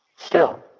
still,